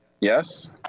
Yes